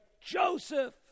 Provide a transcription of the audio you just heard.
Joseph